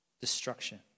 destruction